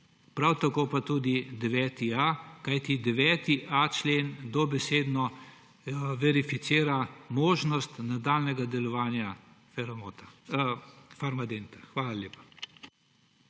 prav tako pa tudi 9.a, kajti 9.a člen dobesedno verificira možnost nadaljnjega delovanja Farmadenta. Hvala lepa.